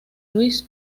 luis